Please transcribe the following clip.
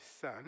son